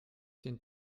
den